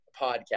podcast